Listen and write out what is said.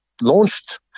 launched